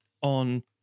on